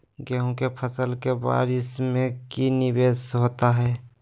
गेंहू के फ़सल के बारिस में की निवेस होता है?